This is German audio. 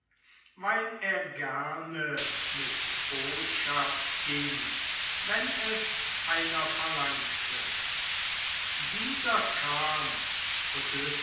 weil er gerne mit botschaft ging wenn es einer verlangte dieser kam